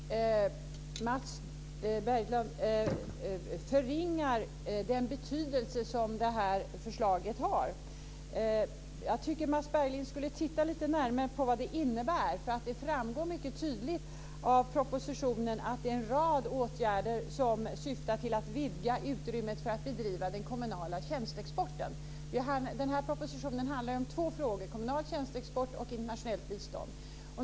Herr talman! Mats Berglind förringar den betydelse som det här förslaget har. Jag tycker att Mats Berglind skulle titta lite närmare på vad det innebär. Det framgår mycket tydligt av propositionen att det handlar om en rad åtgärder som syftar till att vidga utrymmet för att bedriva den kommunala tjänsteexporten. Den här propositionen handlar om två frågor, kommunal tjänsteexport och internationellt bistånd.